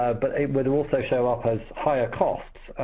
ah but it would also show up as higher costs.